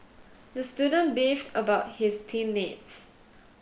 the student beefed about his team mates